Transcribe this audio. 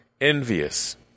envious